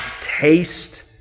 taste